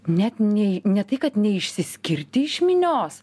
net nei ne tai kad neišsiskirti iš minios